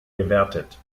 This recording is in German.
gewertet